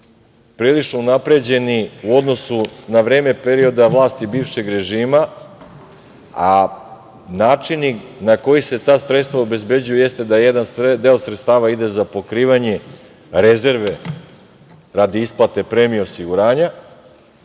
prilično unapređeni u odnosu na vreme perioda vlasti bivšeg režima, a načini na koji se ta sredstva obezbeđuju jeste da jedan deo sredstava ide za pokrivanje rezerve radi isplate premije osiguranja,